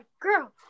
girl